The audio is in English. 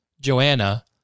Joanna